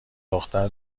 دختر